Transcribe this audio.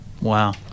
Wow